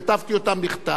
כתבתי אותן בכתב.